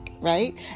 right